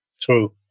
True